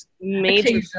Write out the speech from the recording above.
major